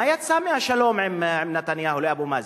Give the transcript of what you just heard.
מה יצא מהשלום עם נתניהו לאבו מאזן?